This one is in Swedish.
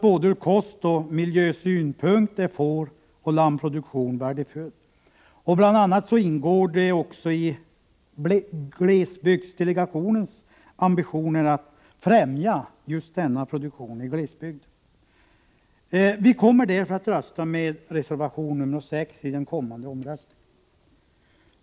Både ur kostoch miljösynpunkt är fåroch lammproduktion värdefull. Bl.a. ingår det också i glesbygdsdelegationens ambitioner att främja just denna produktion i glesbygd. Vi kommer därför att rösta med reservation nr 6 i den kommande omröstningen.